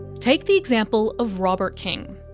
take the example of robert king.